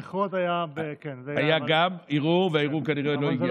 היה גם ערעור, והערעור כנראה עוד לא הגיע.